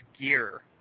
gear